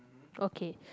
okay